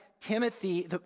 Timothy